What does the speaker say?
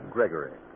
Gregory